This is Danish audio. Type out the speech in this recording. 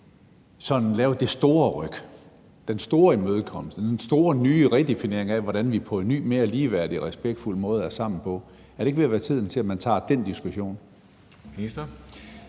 lave det store ryk, den store imødekommenhed, den store, nye redefinering af, hvordan vi på en ny og mere ligeværdig og respektfuld måde er sammen på? Er det ikke ved at være tiden til, at man tager den diskussion?